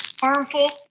harmful